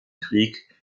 krieg